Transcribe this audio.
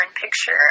picture